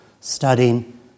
studying